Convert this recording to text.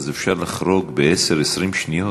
אז אפשר לחרוג ב-10 20 שניות.